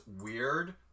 weird